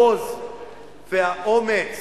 אני אומר לכם, חברי חברי הכנסת, העוז והאומץ